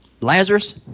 Lazarus